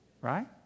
Right